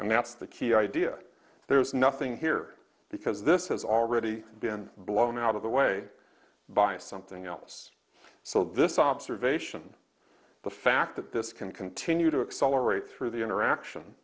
and that's the key idea there is nothing here because this has already been blown out of the way by something else so this observation the fact that this can continue to accelerate through the interaction